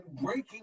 breaking